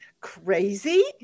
crazy